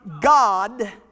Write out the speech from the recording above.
God